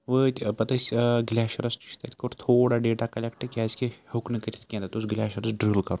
وٲتۍ پَتہٕ أسۍ گٕلیشِیَرَس نِش تَتہِ کوٚر تھوڑا ڈیٹا کَلٮ۪کٹہٕ کیٛازِکہِ ہیوٚک نہٕ کٔرِتھ کینٛہہ تَتہِ اوس گٕلیشِیَرَس ڈِرٛل کَرُن